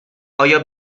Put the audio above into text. آیا